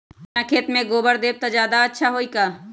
हम अपना खेत में गोबर देब त ज्यादा अच्छा होई का?